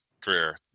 career